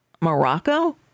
Morocco